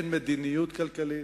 אין מדיניות כלכלית,